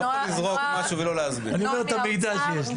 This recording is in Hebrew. אני אומר את המידע שיש לי.